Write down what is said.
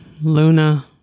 Luna